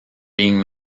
being